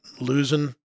losing